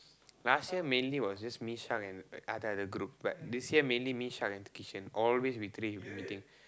last year mainly was just me shak and other other group but this year mainly me shak and kishan always we three have been meeting